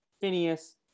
Phineas